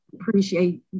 appreciate